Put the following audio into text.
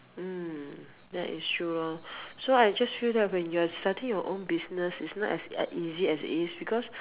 mm that is true loh so I just feel that when you are starting your own business it's not as easy as it is because